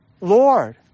Lord